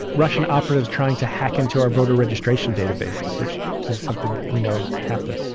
russian operatives trying to hack into our voter registration databases, which is something that we know happened.